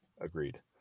agreed